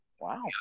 Wow